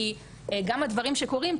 כי גם הדברים שקורים,